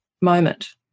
moment